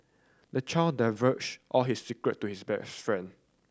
the child divulged all his secret to his best friend